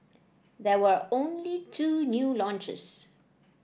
there were only two new launches